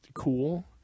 cool